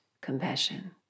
compassion